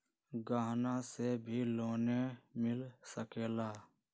गहना से भी लोने मिल सकेला?